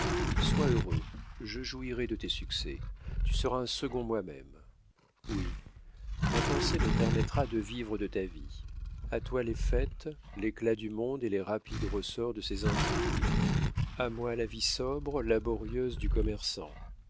sois heureux je jouirai de tes succès tu seras un second moi-même oui ma pensée me permettra de vivre de ta vie a toi les fêtes l'éclat du monde et les rapides ressorts de ses intrigues a moi la vie sobre laborieuse du commerçant